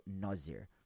nazir